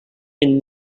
been